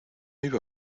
iba